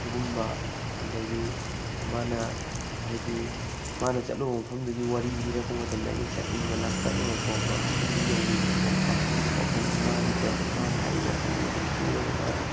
ꯁꯤꯒꯨꯝꯕ ꯑꯗꯨꯗꯒꯤ ꯃꯥꯅ ꯍꯥꯏꯗꯤ ꯃꯥꯅ ꯆꯠꯂꯨꯕ ꯃꯐꯝꯗꯨꯒꯤ ꯋꯥꯔꯤ ꯂꯤꯔꯛꯄ ꯃꯇꯝꯗ ꯑꯩꯅ ꯆꯠꯅꯤꯡꯕ ꯂꯥꯡꯇꯛꯅꯕ ꯄꯣꯛꯄ ꯃꯐꯝꯗꯨ ꯌꯧꯅꯤꯡꯕ ꯄꯣꯛꯄ ꯋꯥꯈꯜꯁꯤ ꯃꯥꯒꯤꯇ ꯃꯥꯅ ꯍꯥꯏꯔꯤ ꯋꯥꯈꯜꯗꯨꯗ ꯑꯗꯨꯝ ꯆꯨꯔꯒ ꯃꯥꯅ